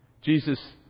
Jesus